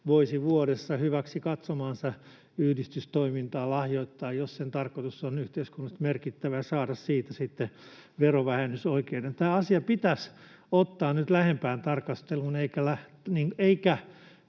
voisi vuodessa hyväksi katsomaansa yhdistystoimintaan lahjoittaa, ja jos sen tarkoitus on yhteiskunnallisesti merkittävä, saada siitä sitten verovähennysoikeuden. Tämä asia pitäisi nyt ottaa lähempään tarkasteluun, ei